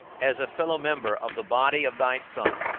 as a fellow-member of the body of thy son,